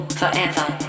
forever